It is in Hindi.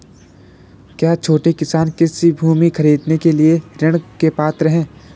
क्या छोटे किसान कृषि भूमि खरीदने के लिए ऋण के पात्र हैं?